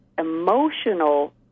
emotional